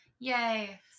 Yay